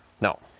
no